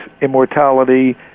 immortality